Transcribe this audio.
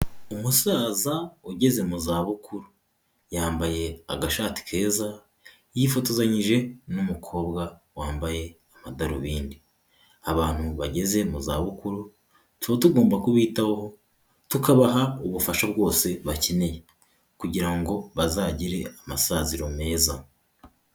Umusaza ugeze mu za bukuru. Yambaye agashati keza, yifotozanyije n'umukobwa wambaye amadarubindi. Abantu bageze mu za bukuru tuba tugomba kubitaho, tukabaha ubufasha bwose bakeneye kugira ngo bazagire amasaziro meza.